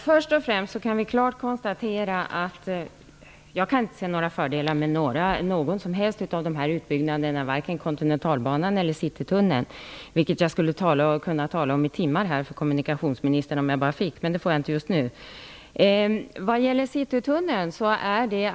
Fru talman! Först och främst: Jag kan inte se några fördelar med någon av de här utbyggnaderna, vare sig Kontinentalbanan eller Citytunneln. Om detta skulle jag kunna tala med kommunikationsministern i timmar, om jag bara fick, men det får jag inte just nu.